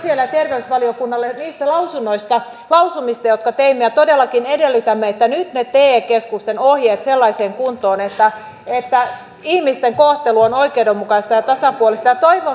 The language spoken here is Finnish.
mutta he toteavat että kiitos sosiaali ja terveysvaliokunnalle niistä lausumista jotka teimme ja todellakin edellytämme että nyt ne te keskusten ohjeet sellaiseen kuntoon että ihmisten kohtelu on oikeudenmukaista ja tasapuolista